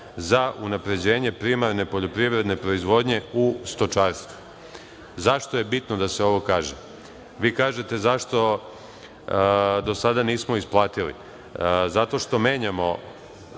za unapređenje primarne poljoprivredne proizvodnje u stočarstvu.Zašto je bitno da se ovo kaže? Vi kažete – zašto do sada nismo isplatili? Zato što menjamo,